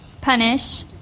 punish